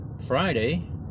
Friday